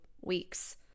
weeks